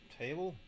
table